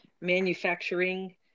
manufacturing